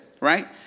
right